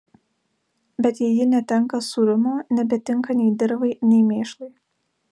bet jei ji netenka sūrumo nebetinka nei dirvai nei mėšlui